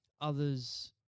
others